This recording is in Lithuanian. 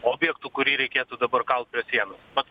objektų kurį reikėtų dabar kalt prie sienos pats